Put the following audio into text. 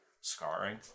scarring